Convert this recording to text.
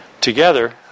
together